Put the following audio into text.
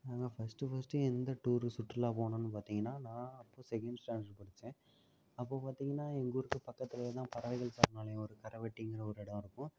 நாங்கள் first first எந்த tour சுற்றுலா போனோம்னு பார்த்திங்கனா நான் அப்போ செகேண்ட் ஸ்டாண்டர்ட் படிச்சேன் அப்போது பார்த்திங்கன்னா எங்கள் ஊருக்கு பக்கத்திலே தான் பறவைகள் சரணாலயம் ஒரு கரவெட்டிங்கிற ஒரு இடம் இருக்கும்